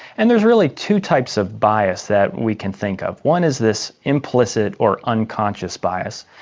and there's really two types of bias that we can think of. one is this implicit or unconscious bias,